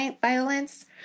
violence